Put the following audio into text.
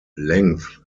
length